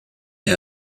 est